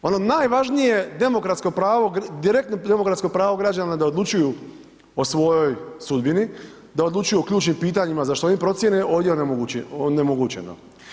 Ono najvažnije demokratsko pravo direktno demokratsko pravo građana da odlučuju o svojoj sudbini, da odlučuju o ključnim pitanjima za što oni procjene ovdje je onemogućeno.